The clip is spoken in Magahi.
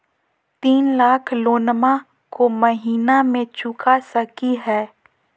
तीन लाख लोनमा को महीना मे चुका सकी हय?